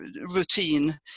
routine